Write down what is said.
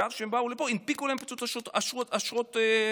ואז כשהם באו לפה, הנפיקו להם פשוט אשרות בבודפשט,